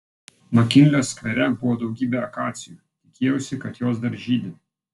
makinlio skvere buvo daugybė akacijų tikėjausi kad jos dar žydi